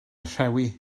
rhewi